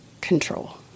control